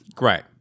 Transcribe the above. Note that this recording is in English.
Right